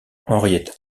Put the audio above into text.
henriette